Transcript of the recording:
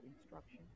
instruction